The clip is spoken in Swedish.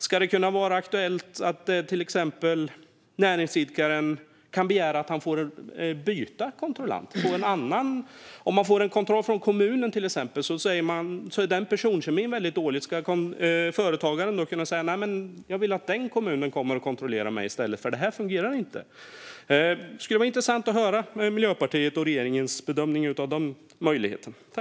Ska näringsidkaren till exempel kunna begära att få byta kontrollant? Ska företagaren vid en kontroll från kommunen på grund av till exempel dålig personkemi kunna säga "Nej, jag vill att den kommunen kommer och kontrollerar mig i stället. Det här fungerar nämligen inte"? Det skulle vara intressant att få höra Miljöpartiets och regeringens bedömning av de möjligheterna.